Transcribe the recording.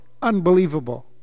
unbelievable